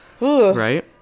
right